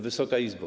Wysoka Izbo!